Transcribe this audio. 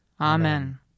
Amen